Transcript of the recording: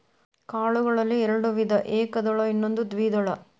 ಕಾಳುಗಳಲ್ಲಿ ಎರ್ಡ್ ಒಂದು ವಿಧ ಏಕದಳ ಇನ್ನೊಂದು ದ್ವೇದಳ